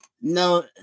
no